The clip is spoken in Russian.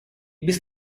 без